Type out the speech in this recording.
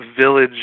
village